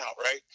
right